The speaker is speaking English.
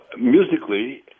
musically